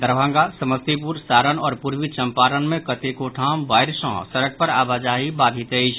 दरभंगा समस्तीपुर सारण आओर पूर्वी चंपारण मे कतेको ठाम बाढ़ि सँ सड़क पर आवाजाही बाधित अछि